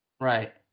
Right